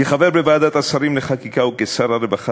כחבר בוועדת השרים לחקיקה וכשר הרווחה